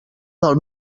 del